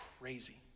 crazy